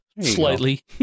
slightly